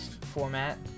format